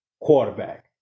quarterback